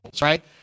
right